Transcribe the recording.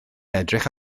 edrych